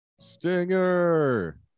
Stinger